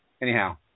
Anyhow